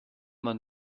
man